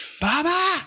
Baba